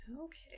Okay